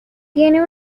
tiene